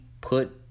put